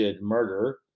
murder